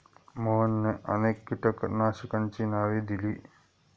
मोहनने अनेक कीटकनाशकांची नावे दिली